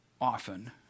often